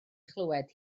chlywed